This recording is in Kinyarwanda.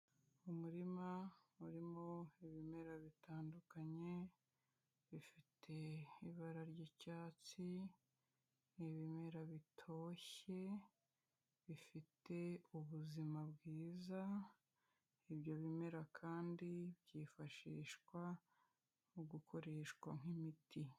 Umurima urimo ibimera bitandukanye, bifite ibara ry'icyatsi, ni ibimera bitoshye bifite ubuzima bwiza, ibyo bimera kandi byifashishwa mu gukoreshwa nk'imiti.